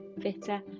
fitter